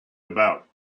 about